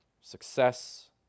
success